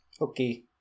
Okay